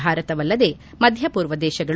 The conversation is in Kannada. ಭಾರತವಲ್ಲದೆ ಮಧ್ಯಪೂರ್ವ ದೇಶಗಳು